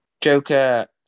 Joker